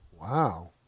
Wow